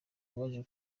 abaje